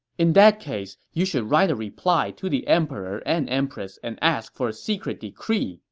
in that case, you should write a reply to the emperor and empress and ask for a secret decree,